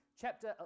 chapter